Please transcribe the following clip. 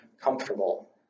comfortable